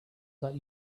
that